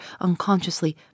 unconsciously